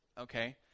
Okay